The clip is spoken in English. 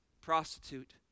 prostitute